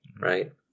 right